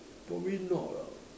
probably not lah